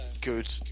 good